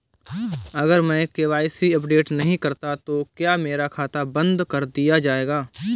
अगर मैं KYC update नहीं करता तो क्या मेरा खाता बंद कर दिया जाएगा?